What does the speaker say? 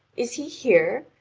is he here?